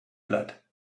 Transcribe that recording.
blood